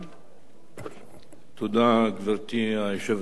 גברתי היושבת-ראש, תודה, אומנם השר